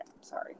sorry